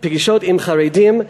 פגישות עם חרדים,